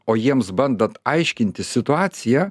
o jiems bandant aiškintis situaciją